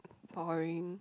boring